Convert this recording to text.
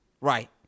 Right